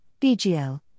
BGL